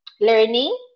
learning